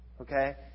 okay